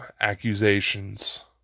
accusations